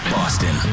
Boston